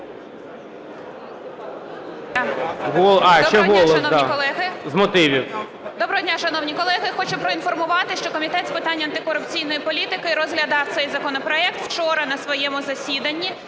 Доброго дня, шановні колеги! Хочу проінформувати, що Комітет з питань антикорупційної політики розглядав цей законопроект вчора на своєму засіданні.